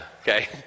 okay